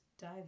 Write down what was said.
dive